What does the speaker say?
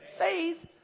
faith